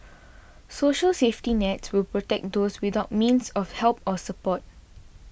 social safety nets will protect those without means of help or support